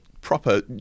proper